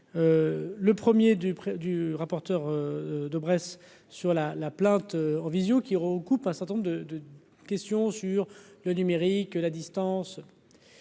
le 1er du du rapporteur de Bresse sur la la plainte en visio qui recoupe un certain nombre de de questions sur le numérique, la distance.